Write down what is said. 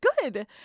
good